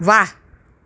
વાહ